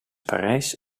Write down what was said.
parijs